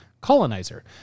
colonizer